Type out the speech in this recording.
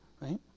Right